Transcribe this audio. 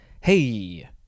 Hey